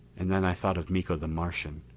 and then i thought of miko the martian,